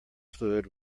fluid